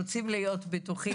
ורוצים להיות בטוחים